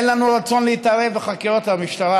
אין לנו רצון להתערב בחקירות המשטרה,